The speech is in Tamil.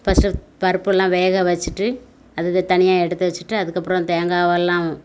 ஃபஸ்ட்டு பருப்பெல்லாம் வேக வச்சுட்டு அது தனியாக எடுத்து வச்சுட்டு அதுக்கப்புறம் தேங்காயெல்லாம்